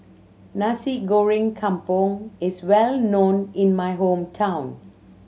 Nasi Goreng Kampung is well known in my hometown